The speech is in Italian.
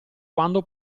quando